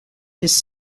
his